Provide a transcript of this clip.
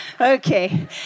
okay